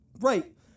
right